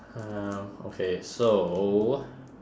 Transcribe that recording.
um okay so